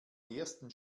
ersten